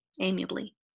amiably